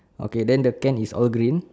okay then the can is all green